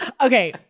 Okay